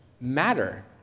matter